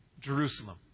Jerusalem